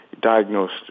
diagnosed